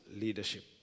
leadership